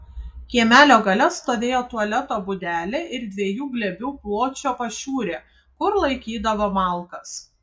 kiemelio gale stovėjo tualeto būdelė ir dviejų glėbių pločio pašiūrė kur laikydavo malkas